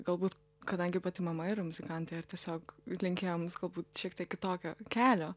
galbūt kadangi pati mama yra muzikantė ir tiesiog linkėjom galbūt šiek tiek kitokio kelio